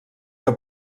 que